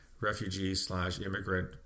refugee-slash-immigrant